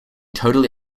totally